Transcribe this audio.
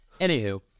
Anywho